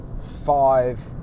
five